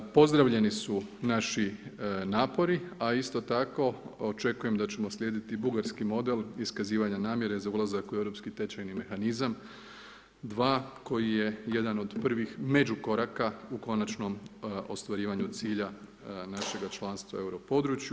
Pozdravljeni su naši napori a isto tako očekujem da ćemo slijediti bugarski model iskazivanja namjere za ulazak u europski tečajni mehanizam 2 koji je jedan od prvih međukoraka u konačnom ostvarivanju cilja našega članstva u europodručju.